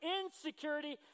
insecurity